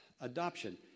Adoption